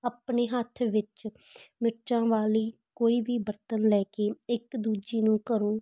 ਆਪਣੇ ਹੱਥ ਵਿੱਚ ਮਿਰਚਾਂ ਵਾਲਾ ਕੋਈ ਵੀ ਬਰਤਨ ਲੈ ਕੇ ਇੱਕ ਦੂਜੀ ਨੂੰ ਘਰੋਂ